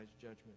judgment